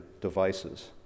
devices